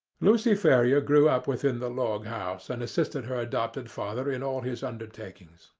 lucy ferrier grew up within the log-house, and assisted her adopted father in all his undertakings.